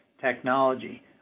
technology